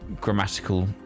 grammatical